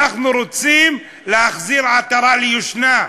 אנחנו רוצים להחזיר עטרה ליושנה.